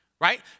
Right